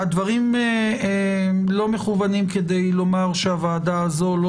הדברים לא מכוונים כדי לומר שהוועדה הזו לא